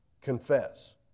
Confess